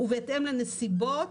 "ובהתאם לנסיבות,